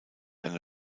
eine